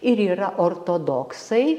ir yra ortodoksai